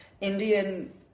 Indian